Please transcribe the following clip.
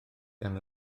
gan